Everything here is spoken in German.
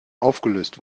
aufgelöst